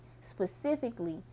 Specifically